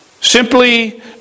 Simply